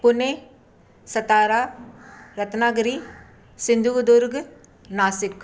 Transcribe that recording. Pune Satara Ratnagiri Sindhudurg Nashik